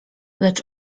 lecz